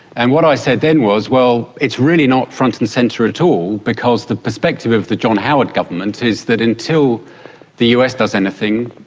and what i said then was, well, it's really not front and centre at all because the perspective of the john howard government is that until the us does anything,